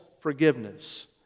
forgiveness